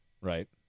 right